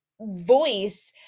voice